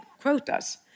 quotas